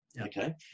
Okay